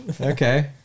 Okay